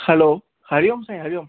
hello हरिओम साईं हरिओम